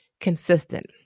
consistent